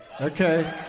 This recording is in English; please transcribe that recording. Okay